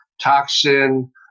toxin